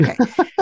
Okay